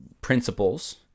Principles